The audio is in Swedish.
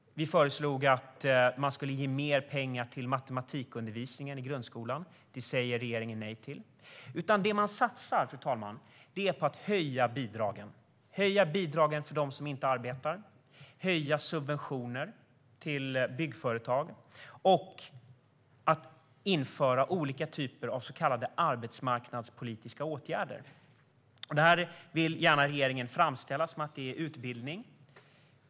Vi föreslog att man skulle ge mer pengar till matematikundervisningen i grundskolan. Det säger regeringen nej till. Det man satsar på, fru talman, är att höja bidragen - att höja bidragen för dem som inte arbetar, att höja subventionerna till byggföretag och att införa olika typer av så kallade arbetsmarknadspolitiska åtgärder. Det vill regeringen gärna framställa som att det är utbildning.